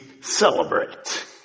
celebrate